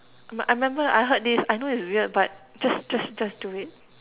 I remember I heard this I know it's weird but just just just do it